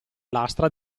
lastra